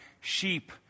sheep